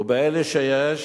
ובאלה שיש